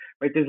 right